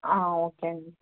okay అండి